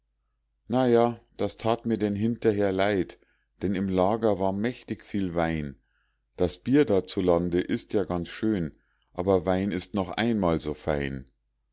ja das tat mir denn hinterher leid denn im lager war mächtig viel wein das bier da zu lande ist ja ganz schön aber wein ist noch einmal so fein